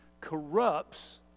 corrupts